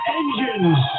engines